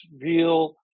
real